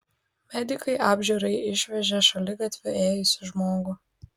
medikai apžiūrai išvežė šaligatviu ėjusį žmogų